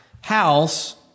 house